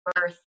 birth